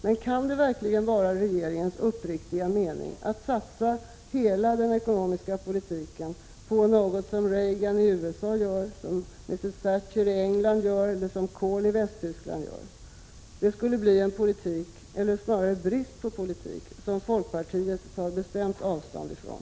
Men kan det verkligen vara regeringens uppriktiga mening att när det gäller den ekonomiska politiken satsa helt på något som Reagan i USA, Thatcher i England eller Kohl i Västtyskland gör? Det skulle bli en politik — eller snarare brist på politik — som folkpartiet tar bestämt avstånd från.